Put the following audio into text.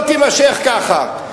זה לא יימשך ככה.